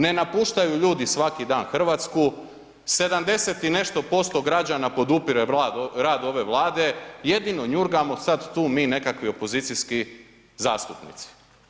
Ne napuštaju ljudi svaki dan Hrvatsku, 70 i nešto posto građana podupire rad ove Vlade, jedino njurgamo sada tu mi nekakvi opozicijski zastupnici.